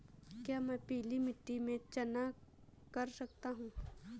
क्या मैं पीली मिट्टी में चना कर सकता हूँ?